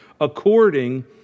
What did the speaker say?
according